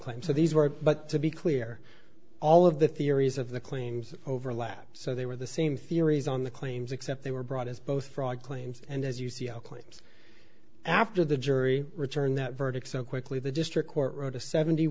claim so these were but to be clear all of the theories of the claims overlap so they were the same theories on the claims except they were brought as both fraud claims and as you see zero point after the jury returned that verdict so quickly the district court wrote a seventy